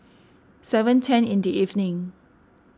seven ten in the evening